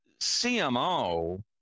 CMO